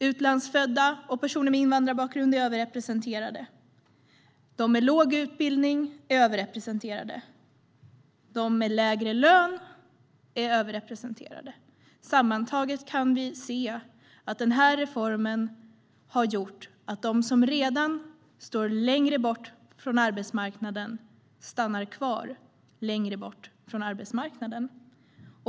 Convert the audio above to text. Utlandsfödda och personer med invandrarbakgrund är överrepresenterade. De med låg utbildning är överrepresenterade. De med lägre lön är överrepresenterade. Sammantaget kan vi se att reformen har gjort att de som redan står längre bort från arbetsmarknaden stannar kvar längre bort från arbetsmarknaden.